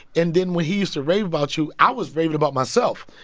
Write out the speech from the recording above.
and then when he used to rave about you, i was raving about myself.